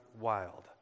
wild